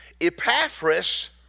Epaphras